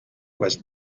was